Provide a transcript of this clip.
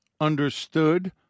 understood